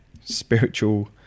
spiritual